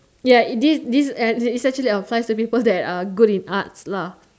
ya this this is actually applies to people that are good in arts lah